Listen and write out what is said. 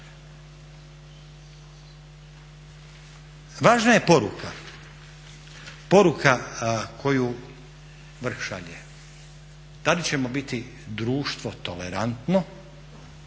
Važna je poruka, poruka koju vrh šalje. Da li ćemo biti društvo tolerantno